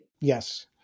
Yes